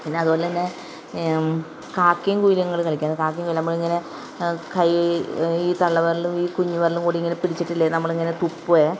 പിന്നെ അതുപോലെ തന്നെ കാക്കേം കുയിലും കൂടെ കളിക്കാം കാക്ക കുയിലും നമ്മളിങ്ങനെ കൈ ഈ തള്ളവിരലും ഈ കുഞ്ഞു വിരലും കൂടി ഇങ്ങനെ പിടിച്ചിട്ടില്ലേ നമ്മൾ ഇങ്ങനെ തുപ്പുവേ